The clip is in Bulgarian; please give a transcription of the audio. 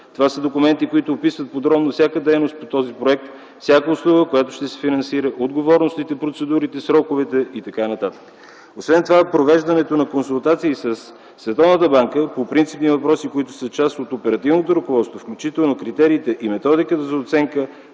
Това са документи, които описват подробно всяка дейност по този проект, всяка услуга, която ще се финансира, отговорностите, процедурите, сроковете и т.н. Освен това провеждането на консултации със Световната банка по принципни въпроси, които са част от оперативното ръководство, включително критериите и методиката за оценка